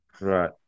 right